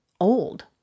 old